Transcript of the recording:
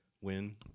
win